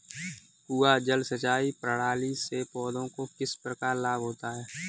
कुआँ जल सिंचाई प्रणाली से पौधों को किस प्रकार लाभ होता है?